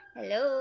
Hello